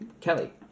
Kelly